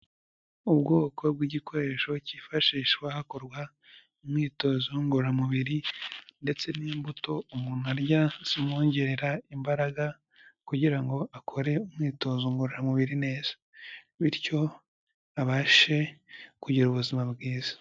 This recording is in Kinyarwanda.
Ubwoko bw'igikoresho kifashishwa hakorwa imyitozo ngoramubiri, ndetse n'imbuto umuntu arya zimwongerera imbaraga kugira ngo akore umwitozo ngororamubiri neza, bityo abashe kugira ubuzima bwiza.